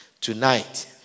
Tonight